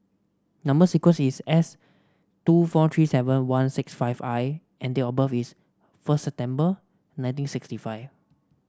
number sequence is S two four three seven one six five I and date of birth is first September nineteen sixty five